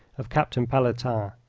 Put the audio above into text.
of captain pelletan.